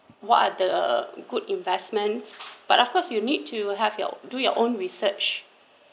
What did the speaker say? what are the good investments but of course you need to have your do your own research